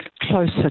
closer